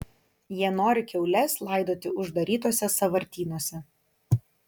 jie nori kiaules laidoti uždarytuose sąvartynuose